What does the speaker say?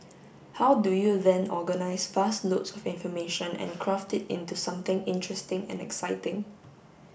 how do you then organise vast loads of information and craft it into something interesting and exciting